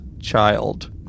child